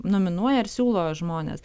nominuoja ir siūlo žmones